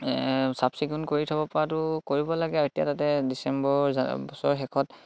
চাফ চিকুণ কৰি থব পৰাটো কৰিব লাগে এতিয়া তাতে ডিচেম্বৰ বছৰ শেষত